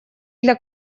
для